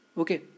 okay